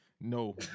No